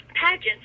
pageants